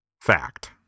Fact